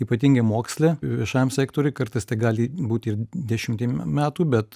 ypatingai moksle viešajam sektoriuj kartais tai gali būti ir dešimtim metų bet